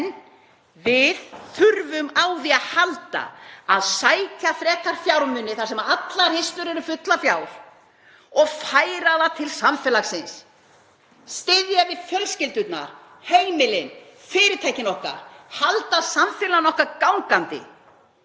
við þurfum á því að halda að sækja frekar fjármuni þar sem allar hirslur eru fullar fjár og færa það til samfélagsins, styðja við fjölskyldurnar, heimilin, fyrirtækin okkar, halda samfélaginu okkar gangandi.